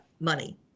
money